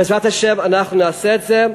בעזרת השם אנחנו נעשה את זה,